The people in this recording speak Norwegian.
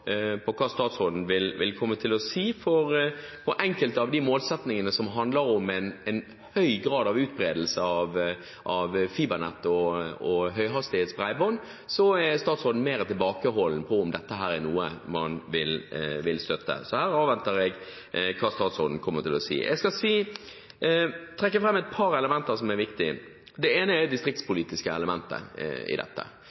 på enkelte av de målsetningene som handler om høy grad av utbredelse av fibernett og høyhastighetsbredbånd, er statsråden mer tilbakeholden med hensyn til om dette er noe man vil støtte, så her avventer jeg hva statsråden vil komme til å si. Jeg skal trekke fram et par viktige elementer. Det ene er